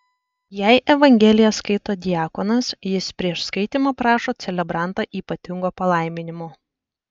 jei evangeliją skaito diakonas jis prieš skaitymą prašo celebrantą ypatingo palaiminimo